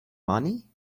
money